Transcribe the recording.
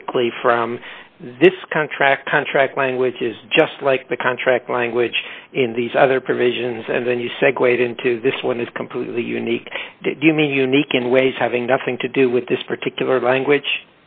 quickly from this contract contract one which is just like the contract language in these other provisions and then you segue into this one is completely unique do you mean unique in ways having nothing to do with this particular language